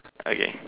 okay